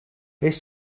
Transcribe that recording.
beth